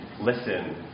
Listen